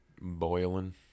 Boiling